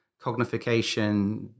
cognification